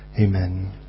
amen